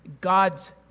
God's